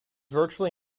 virtually